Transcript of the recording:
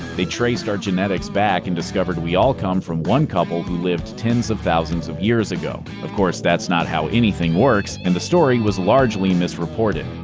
they traced our genetics back and discovered we all come from one couple who lived tens of thousands of years ago. of course, that's not how anything works, and the story was largely mis-reported.